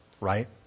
right